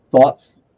thoughts